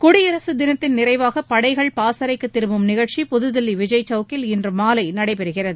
குடியரசு தினத்தின் நிறைவாக படைகள் பாசறைக்கு திரும்பும் நிகழ்ச்சி புதுதில்லி விஜய் சவுக்கில் இன்று மாலை நடைபெறுகிறது